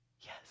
yes